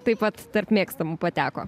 taip pat tarp mėgstamų pateko